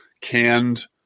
canned